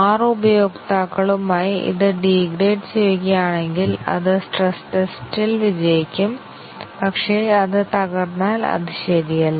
6 ഉപയോക്താക്കളുമായി ഇത് ഡീഗ്രേഡ് ചെയ്യുകയാണെങ്കിൽ അത് സ്ട്രെസ് ടെസ്റ്റ്ൽ വിജയിക്കും പക്ഷേ അത് തകർന്നാൽ അത് ശരിയല്ല